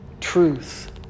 truth